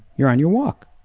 you're on your walk.